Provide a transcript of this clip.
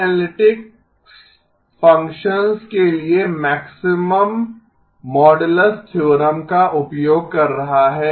1 यह analytics functions के लिए मैक्सिमम मोडुलस थ्योरम का उपयोग कर रहा है